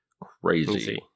crazy